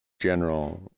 general